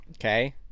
okay